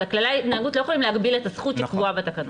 אבל כללי ההתנהגות לא יכולים להגביל את הזכות לקבוע בתקנות.